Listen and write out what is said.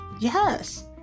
yes